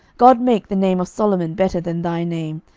god make the name of solomon better than thy name,